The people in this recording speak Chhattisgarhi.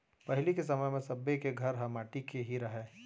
पहिली के समय म सब्बे के घर ह माटी के ही रहय